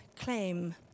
claim